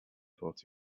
thought